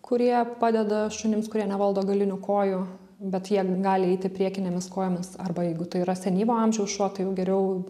kurie padeda šunims kurie nevaldo galinių kojų bet jie gali eiti priekinėmis kojomis arba jeigu tai yra senyvo amžiaus šuo tai jau geriau